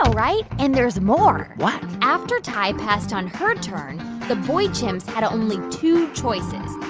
ah right? and there's more what? after tai passed on her turn, the boy chimps had only two choices.